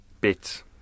bits